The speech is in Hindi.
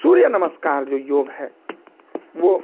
सूर्य नमस्कार जो योग है वह